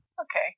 Okay